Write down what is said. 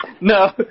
No